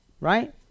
Right